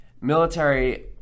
military